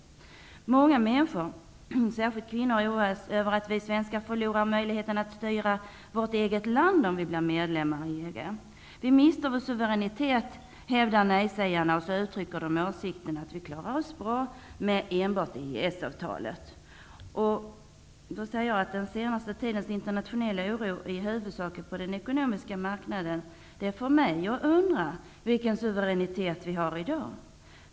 Många människor, särskilt kvinnor, oroar sig över att vi svenskar skulle förlora möjligheten att styra vårt eget land om Sverige går med i EG. Nejsägarna hävdar att vi mister vår suveränitet och uttrycker åsikten att vi klarar oss bra med enbart Den senaste tidens internationella oro, i huvudsak på den ekonomiska marknaden, får mig att undra vilken suveränitet vi har i dag.